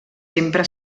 sempre